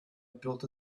built